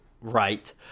right